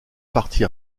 partie